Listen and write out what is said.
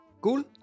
Cool